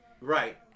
right